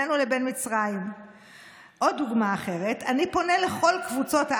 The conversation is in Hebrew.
לשמר את המצב שבו אינטרסים פוליטיים יפגעו בעבודה עניינית ובהחלטות הרות